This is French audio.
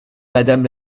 madame